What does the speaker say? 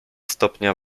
stopnia